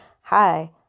hi